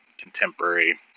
contemporary